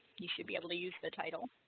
you should be able to use the title